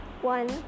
one